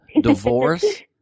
divorce